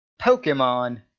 Pokemon